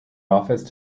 office